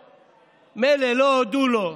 מילא שלא הודו לו,